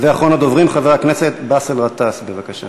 אחרון הדוברים, חבר הכנסת באסל גטאס, בבקשה.